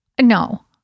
No